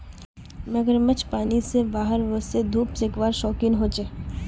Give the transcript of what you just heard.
मगरमच्छ पानी से बाहर वोसे धुप सेकवार शौक़ीन होचे